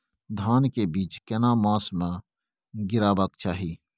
धान के बीज केना मास में गीराबक चाही?